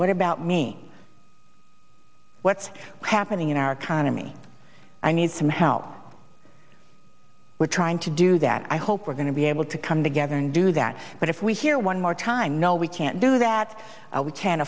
what about me what's happening in our economy i need some help we're trying to do that i hope we're going to be able to come together and do that but if we hear one more time no we can't do that we can't